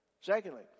secondly